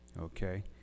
okay